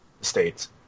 States